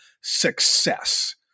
success